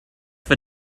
for